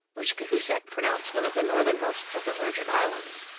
which cahusac pronounced one of the northernmost of the virgin islands.